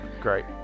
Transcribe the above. Great